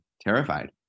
terrified